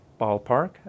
ballpark